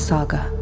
Saga